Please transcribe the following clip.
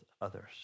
others